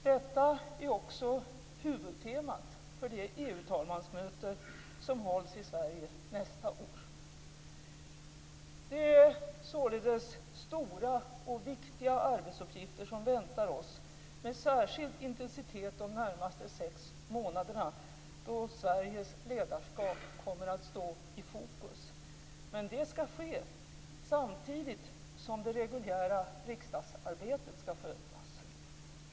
Detta är också huvudtemat för det EU talmansmöte som hålls i Sverige nästa år. Det är således stora och viktiga arbetsuppgifter som väntar oss, med särskild intensitet de närmaste sex månaderna, då Sveriges ledarskap kommer att stå i fokus. Det ska ske, samtidigt som det reguljära riksdagsarbetet ska skötas.